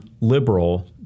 liberal